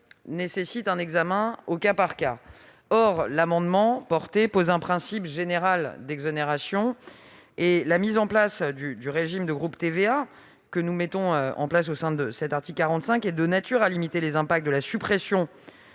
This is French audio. nécessite un examen au cas par cas. Or votre amendement pose un principe général d'exonération. La mise en place du régime du « groupe TVA » au sein de cet article 45 est de nature à limiter les impacts de la suppression